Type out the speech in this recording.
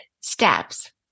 steps